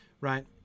right